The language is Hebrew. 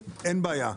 אין בעיה,